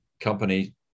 company